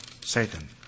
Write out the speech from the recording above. Satan